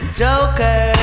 joker